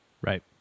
Right